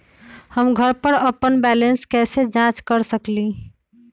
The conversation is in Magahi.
हम घर पर अपन बैलेंस कैसे जाँच कर सकेली?